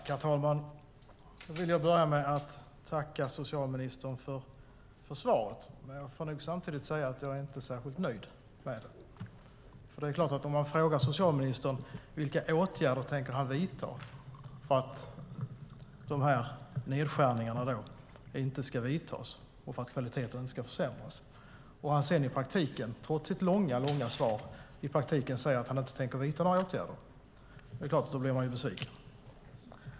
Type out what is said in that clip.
Herr talman! Jag vill börja med att tacka socialministern för svaret, men jag får samtidigt säga att jag inte är särskilt nöjd med det. Det är klart att om man frågar socialministern vilka åtgärder han tänker vidta för att de här nedskärningarna inte ska göras och för att kvaliteten inte ska försämras och han sedan i praktiken, trots sitt långa, långa svar, säger att han inte tänker vidta några åtgärder, då blir man ju besviken.